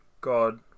God